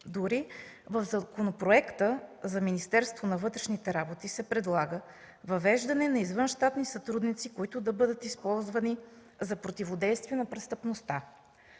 Дори в Законопроекта за Министерството на вътрешните работи се предлага въвеждане на извънщатни сътрудници, които да бъдат използвани за противодействие на престъпността.